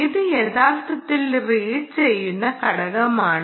ഇത് യഥാർത്ഥത്തിൽ റീഡ് ചെയ്യുന്ന ഘടകമാണ്